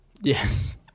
Yes